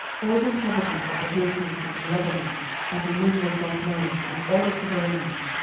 all the inhabitants of the hill country from lebanon unto misrephothmaim, and all the sidonians,